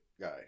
guy